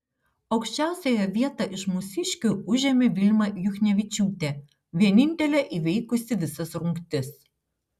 aukščiausiąją vietą iš mūsiškių užėmė vilma juchnevičiūtė vienintelė įveikusi visas rungtis